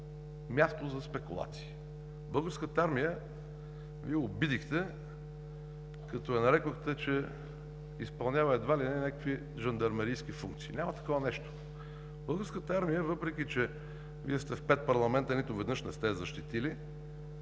място за спекулации. Вие обидихте Българската армия, като казахте, че изпълнява едва ли не някакви жандармерийски функции. Няма такова нещо. Българската армия, въпреки че Вие сте в пет парламента, нито веднъж не сте я защитили,